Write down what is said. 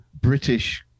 British